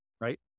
Right